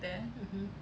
mmhmm